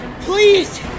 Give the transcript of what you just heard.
Please